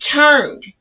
turned